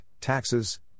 taxes